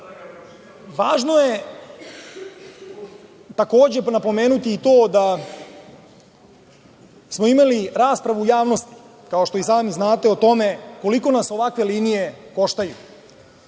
Važno je takođe napomenuti i to da smo imali raspravu u javnosti, kao što i sami znate o tome koliko nas ovakve linije koštaju.